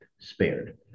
spared